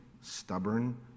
stubborn